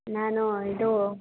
ನಾನು ಇದು